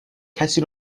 کسی